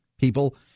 people